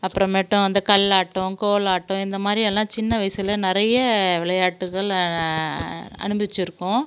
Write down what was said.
அப்புறமேட்டும் அந்த கல்லாட்டம் கோலாட்டம் இந்தமாதிரியெல்லாம் சின்ன வயசில் நிறைய விளையாட்டுக்கள் அனுபவிச்சுருக்கோம்